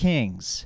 Kings